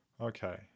Okay